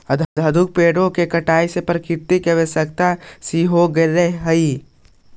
अंधाधुंध पेड़ों की कटाई से प्रकृति में अव्यवस्था सी हो गईल हई